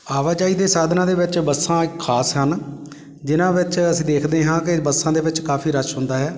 ਆਵਾਜਾਈ ਦੇ ਸਾਧਨਾਂ ਦੇ ਵਿੱਚ ਬੱਸਾਂ ਖਾਸ ਹਨ ਜਿਨ੍ਹਾਂ ਵਿੱਚ ਅਸੀਂ ਦੇਖਦੇ ਹਾਂ ਕਿ ਬੱਸਾਂ ਦੇ ਵਿੱਚ ਕਾਫੀ ਰੱਸ਼ ਹੁੰਦਾ ਹੈ